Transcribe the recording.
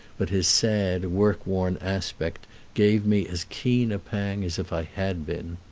but his sad, work-worn aspect gave me as keen a pang as if i had been.